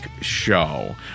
Show